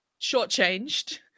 shortchanged